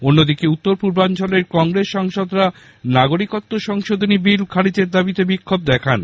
অন্যদিকে উত্তর পূর্বাঞ্চলের কংগ্রেস সাংসদরা নাগরিকত্ব সংশোধনী বিল খারিজের দাবিতে বিক্ষোভ দেখান